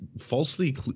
falsely